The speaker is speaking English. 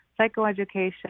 psychoeducation